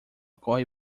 corre